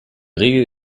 regel